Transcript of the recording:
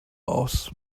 aus